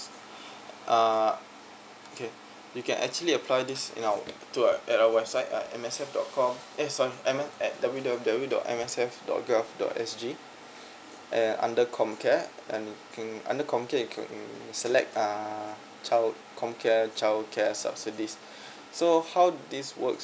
err okay you can actually apply this in our to err our website uh at M S F dot com eh sorry M_F at W W W dot M S F dot gov dot S G and under comcare and can under comcare um select ah child comcare childcare subsidies so how this works